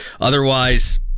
otherwise